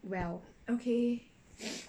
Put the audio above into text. well